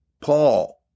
Paul